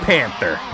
Panther